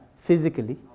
physically